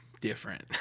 different